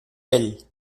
vell